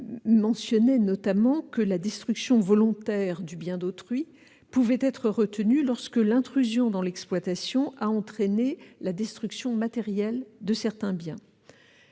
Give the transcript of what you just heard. mentionne notamment que la destruction volontaire du bien d'autrui peut être retenue lorsque l'intrusion dans l'exploitation a entraîné la destruction matérielle de certains biens.